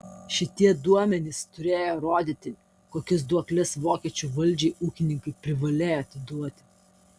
šitie duomenys turėjo rodyti kokias duokles vokiečių valdžiai ūkininkai privalėjo atiduoti